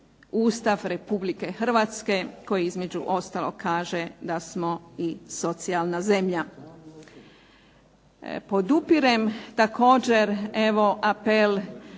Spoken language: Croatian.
Ustav RH koji između ostalog kaže da smo i socijalna zemlja. Podupirem također evo apel